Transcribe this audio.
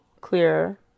clear